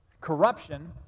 Corruption